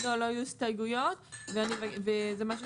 לא, לא היו הסתייגויות וזה משהו